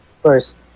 First